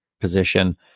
position